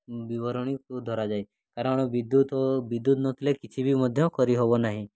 ବିବରଣୀକୁ ଧରାଯାଏ କାରଣ ବିଦ୍ୟୁତ୍ ଓ ବିଦ୍ୟୁତ୍ ନଥିଲେ କିଛି ବି ମଧ୍ୟ କରିହେବ ନାହିଁ